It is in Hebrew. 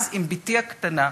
אז עם בתי הקטנה,